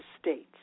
states